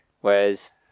Whereas